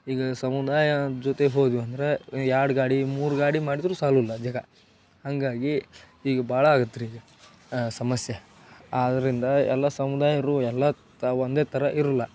ಈಗ ಸಮುದಾಯದ ಜೊತೆ ಹೋದ್ವಿ ಅಂದ್ರೆ ಎರಡು ಗಾಡಿ ಮೂರು ಗಾಡಿ ಮಾಡಿದ್ರೂ ಸಾಲಲ್ಲ ಜಾಗ ಹಾಗಾಗಿ ಈಗ ಭಾಳ ಆಗತ್ತೆ ರೀ ಇದು ಸಮಸ್ಯೆ ಆದ್ದರಿಂದ ಎಲ್ಲ ಸಮುದಾಯವು ಎಲ್ಲ ತ ಒಂದೇ ಥರ ಇರಲ್ಲ